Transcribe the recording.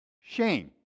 Shame